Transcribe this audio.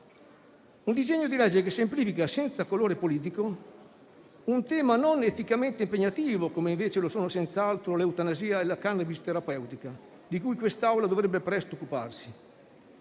perché esso semplifica, senza colore politico, un tema non eticamente impegnativo, come invece lo sono, senz'altro, l'eutanasia e la cannabis terapeutica, di cui quest'Assemblea dovrebbe presto occuparsi.